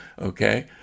okay